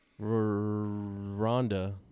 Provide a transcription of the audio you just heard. Rhonda